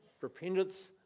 repentance